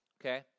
okay